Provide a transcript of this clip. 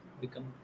become